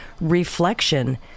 reflection